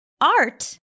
art